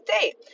date